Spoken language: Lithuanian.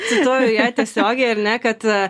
cituoju ir ją tiesiogiai ar ne kad